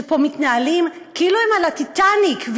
שפה מתנהלים כאילו הם על הטיטניק,